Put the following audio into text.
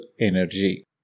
energy